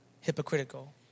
hypocritical